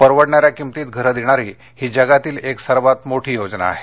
परवडणाऱ्या किंमतीत घरे देणारी ही जगातील एक सर्वात मोठी योजना आहे